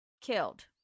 Killed